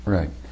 Right